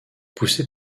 poussé